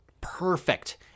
perfect